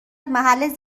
محل